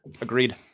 Agreed